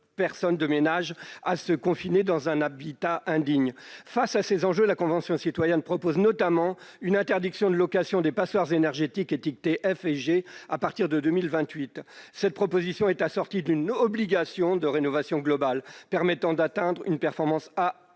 millions de ménages à se confiner dans un habitat indigne. Face à ces enjeux, la Convention citoyenne pour le climat propose notamment une interdiction de location des passoires énergétiques étiquetées F et G à partir de 2028. Cette proposition est assortie d'une obligation de rénovation globale permettant d'atteindre une performance